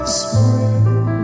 spring